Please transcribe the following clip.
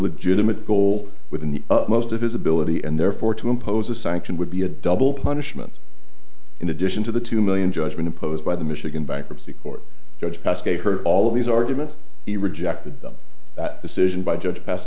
legitimate goal within the most of his ability and therefore to impose a sanction would be a double punishment in addition to the two million judgement imposed by the michigan bankruptcy court judge past heard all of these arguments he rejected them that decision by judge passed